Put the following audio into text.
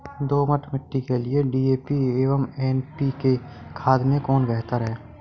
दोमट मिट्टी के लिए डी.ए.पी एवं एन.पी.के खाद में कौन बेहतर है?